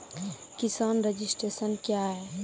किसान रजिस्ट्रेशन क्या हैं?